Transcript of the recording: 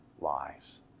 lies